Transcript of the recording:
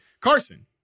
Carson